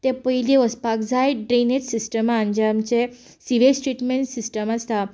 तें पयलीं वचपाक जाय ड्रेनेज सिस्टमांत जें आमचें सी वेस्ट ट्रीटमेन्ट सिस्टम आसा